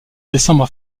décembre